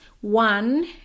one